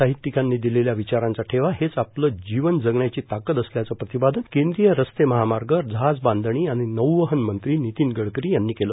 साहित्यिकांनी दिलेल्या विचारांचा ठेवा हीच आपलं जीवन जगण्याची ताकद असल्याचं प्रतिपादन केंद्रीय रस्ते महामार्ग जहाजबांधणी आणि नौवहन मंत्री नितीन गडकरी यांनी केलं